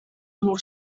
mur